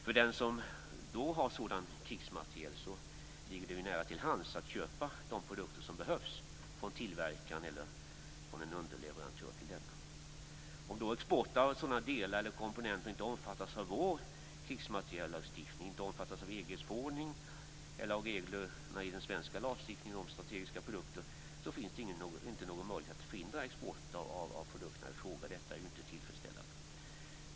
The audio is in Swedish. För den som då har sådan krigsmateriel ligger det nära till hands att köpa de produkter som behövs från tillverkaren eller en underleverantör till denna. Om export av sådana delar eller komponenter inte omfattas av vår krigsmateriellagstiftning, av EG:s förordningar eller av reglerna i den svenska lagstiftningen om strategiska produkter finns det inte någon möjlighet att förhindra export av produkterna i fråga. Detta är inte tillfredsställande.